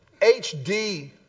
HD